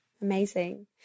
Amazing